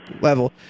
level